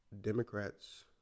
Democrats